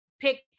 pick